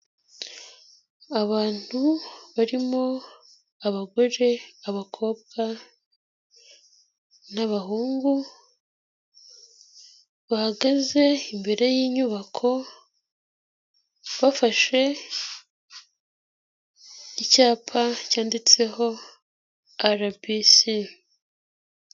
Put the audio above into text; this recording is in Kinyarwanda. Abantu barimo abagore, abakobwa, n'abahungu, bahagaze imbere y'inyubako, bafashe icyapa cyanditseho RBC.